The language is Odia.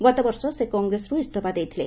ଗତବର୍ଷ ସେ କଂଗ୍ରେସରୁ ଇଞ୍ଜଫା ଦେଇଥିଲେ